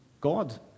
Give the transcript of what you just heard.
god